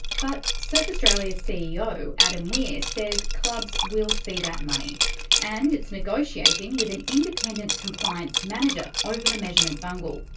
but surf australia's ceo adam weir says clubs will see that money and it's negotiating with an independent compliance manager over the measurement bungle.